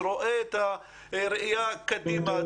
שרואה ראייה קדימה,